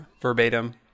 verbatim